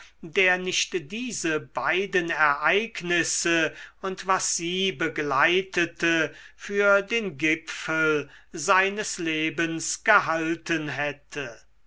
der nicht diese beiden ereignisse und was sie begleitete für den gipfel seines lebens gehalten hätte